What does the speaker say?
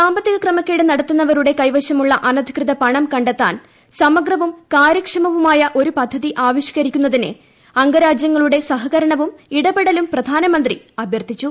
സാമ്പത്തിക ക്രമക്കേടു നടത്തുന്നവരുടെ കൈവശമുളള അനധികൃത പണം കണ്ടെത്താൻ സമഗ്രവും കാര്യക്ഷമവുമായ ഒരു പദ്ധതി ആവിഷ്കരിക്കുന്നതിന് അംഗരാജ്യങ്ങളുടെ സഹകരണവും ഇടപെടലും പ്രധാനമന്ത്രി അഭ്യർത്ഥിച്ചു